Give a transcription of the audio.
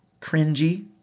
cringy